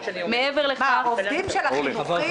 עובדים של החינוכית?